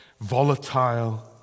volatile